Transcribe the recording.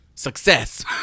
Success